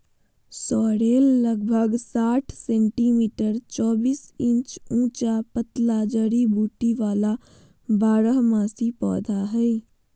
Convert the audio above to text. sorrel लगभग साठ centimetre चौबीस इंच ऊंचा पतला जड़ी बूटी वाला बारहमासी पौधा हइ